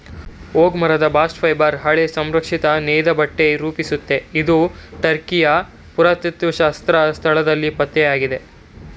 oak ಮರದ bast fibre ಹಳೆ ಸಂರಕ್ಷಿತ ನೇಯ್ದಬಟ್ಟೆ ರೂಪಿಸುತ್ತೆ ಇದು ಟರ್ಕಿಯ ಪುರಾತತ್ತ್ವಶಾಸ್ತ್ರ ಸ್ಥಳದಲ್ಲಿ ಪತ್ತೆಯಾಗಿದೆ